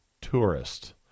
tourist